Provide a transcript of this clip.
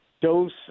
dose